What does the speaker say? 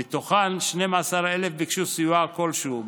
ומתוכן 12,000 ביקשו סיוע כלשהו,